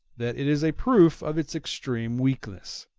that it is a proof of its extreme weakness.